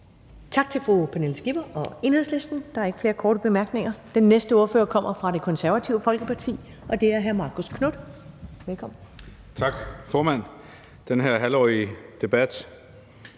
Tak til fru Pernille Skipper og Enhedslisten. Der er ikke flere korte bemærkninger. Den næste ordfører kommer fra Det Konservative Folkeparti, og det er hr. Marcus Knuth. Velkommen. Kl. 13:50 (Ordfører) Marcus Knuth